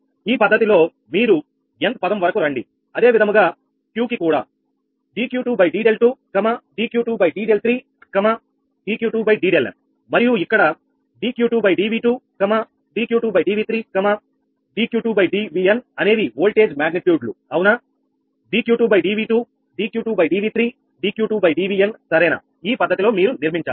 ఈ పద్ధతిలో మీరు nth పదం వరకు రండి అదే విధముగా Q కి కూడా dQ2𝑑𝛿2dQ2𝑑𝛿3dQ2𝑑𝛿n మరియు ఇక్కడ 𝑑Q2dV2dQ2dV3dQ2dVn అనేవి ఓల్ట్ఏజ్ మాగ్నిట్యూడ్ లు అవునా 𝑑Q2dV2 dQ2dV3 dQ2dVn సరేనా ఈ పద్ధతిలో మీరు నిర్మించాలి